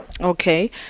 Okay